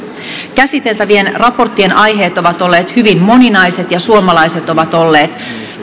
käsiteltävien raporttien aiheet ovat olleet hyvin moninaiset ja suomalaiset ovat olleet